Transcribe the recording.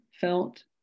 felt